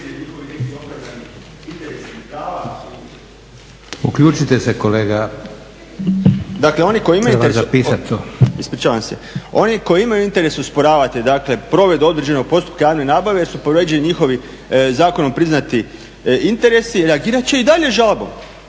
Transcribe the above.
Uključite se kolega. Treba zapisati to./…